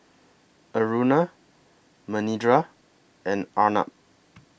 Aruna Manindra and Arnab